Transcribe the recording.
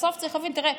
בסוף צריך להבין, תראה,